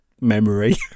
memory